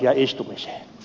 arvoisa puhemies